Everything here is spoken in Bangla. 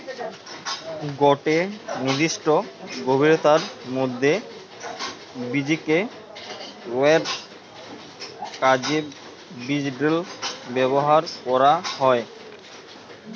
গটে নির্দিষ্ট গভীরতার মধ্যে বীজকে রুয়ার কাজে বীজড্রিল ব্যবহার করা হয়